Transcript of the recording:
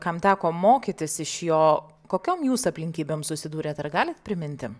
kam teko mokytis iš jo kokiom jūs aplinkybėm susidūrėt ar galit priminti